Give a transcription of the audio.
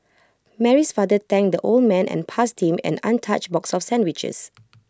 Mary's father thanked the old man and passed him an untouched box of sandwiches